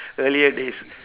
earlier days